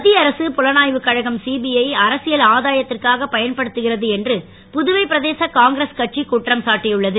மத்திய அரசு புலனாய்வுக் கழகம் சிபிஐ யை அரசியல் ஆதாயத்திற்காக பயன்படுத்துகிறது என்று புதுவை பிரதேச காங்கிரஸ் கட்சி குற்றம் சாட்டியுள்ளது